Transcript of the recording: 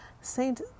Saint